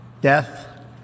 death